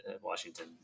Washington